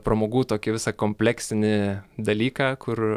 pramogų tokį visą kompleksinį dalyką kur